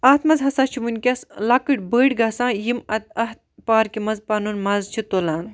اتھ مَنٛز ہَسا چھُ ونکیٚس لَکٕٹۍ بٔڑ گَژھان یِم اتھ پارکہِ مَنٛز پَنُن مَزٕ چھِ تُلان